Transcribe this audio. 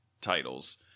titles